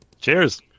Cheers